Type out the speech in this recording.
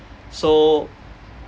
so